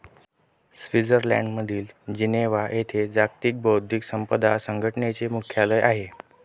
स्वित्झर्लंडमधील जिनेव्हा येथे जागतिक बौद्धिक संपदा संघटनेचे मुख्यालय आहे